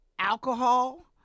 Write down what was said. Alcohol